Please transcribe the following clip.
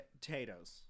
potatoes